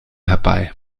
herbei